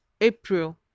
April